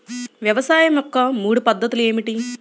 వ్యవసాయం యొక్క మూడు పద్ధతులు ఏమిటి?